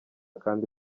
kandi